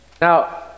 Now